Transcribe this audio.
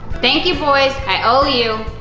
thank you boys. i owe you.